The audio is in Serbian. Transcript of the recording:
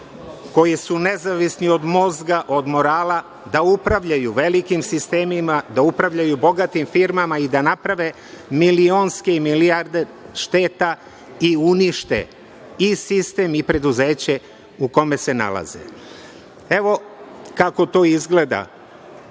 koji su nezavisni od mozga, od morala, da upravljaju velikim sistemima, da upravljaju bogatim firmama i da naprave milionske i milijarde šteta i unište i sistem i preduzeće u kome se nalaze. Evo kako to izgleda